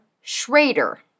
Schrader